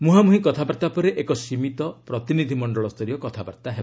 ମୁହାଁମୁହିଁ କଥାବାର୍ତ୍ତା ପରେ ଏକ ସୀମିତ ପ୍ରତିନିଧି ମଣ୍ଡଳ ସ୍ତରୀୟ କଥାବାର୍ତ୍ତା ହେବ